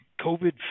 COVID